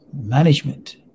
management